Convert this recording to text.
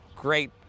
Great